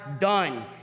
done